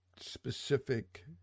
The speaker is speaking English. Specific